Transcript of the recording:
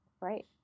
Right